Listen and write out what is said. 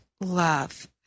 love